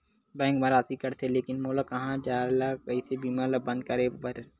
Bank मा राशि कटथे लेकिन मोला कहां जाय ला कइसे बीमा ला बंद करे बार?